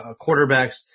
quarterbacks